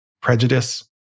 Prejudice